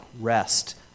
rest